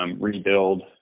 rebuild